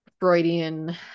Freudian